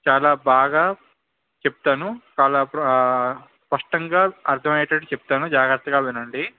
చాలా బాగా చెప్తాను చాలా స్పష్టంగా అర్ధం అయ్యేటట్టు చెప్తాను జాగ్రత్తగా వినండి